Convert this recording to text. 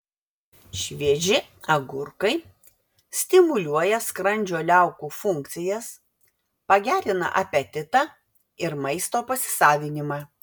švieži agurkai stimuliuoja skrandžio liaukų funkcijas pagerina apetitą ir maisto pasisavinimą